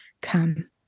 come